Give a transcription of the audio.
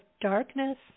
darkness